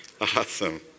Awesome